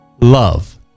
love